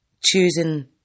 choosing